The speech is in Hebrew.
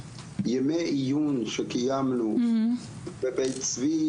ימי עיון שקיימנו בבית צבי,